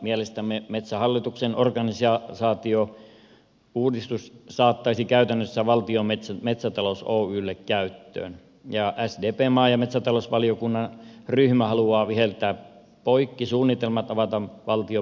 mielestämme metsähallituksen organisaatiouudistus saattaisi käytännössä valtion metsät metsätalous oylle käyttöön ja sdpn maa ja metsätalousvaliokunnan ryhmä haluaa viheltää poikki suunnitelmat avata valtion metsätalousmetsät kilpailulle